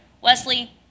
Wesley